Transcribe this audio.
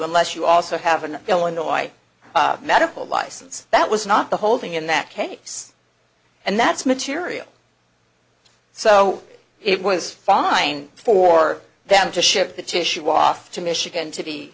unless you also have an illinois medical license that was not the holding in that case and that's material so it was fine for them to ship the tissue off to michigan to be